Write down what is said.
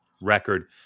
record